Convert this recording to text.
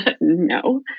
No